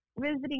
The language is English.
visiting